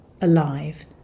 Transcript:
alive